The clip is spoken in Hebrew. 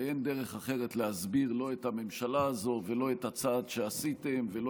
אין דרך אחרת להסביר לא את הממשלה הזו ולא את הצעד שעשיתם ולא